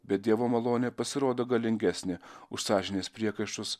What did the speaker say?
bet dievo malonė pasirodo galingesnė už sąžinės priekaištus